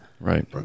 Right